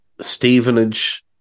Stevenage